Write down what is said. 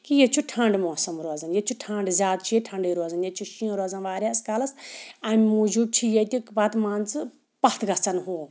کہِ ییٚتہِ چھُ ٹھَنٛڈ موسَم روزان ییٚتہِ چھُ ٹھَنٛڈ زیادٕ چھُ ییٚتہِ ٹھَنٛڈی روزَان ییٚتہِ چھُ شِن روزان واریَہَس کالَس امہِ موٗجوٗب چھِ ییٚتہِ پَتہٕ مان ژٕ پَتھ گَژھان ہُم